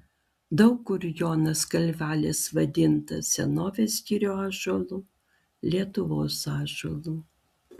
daug kur jonas kalvelis vadintas senovės girių ąžuolu lietuvos ąžuolu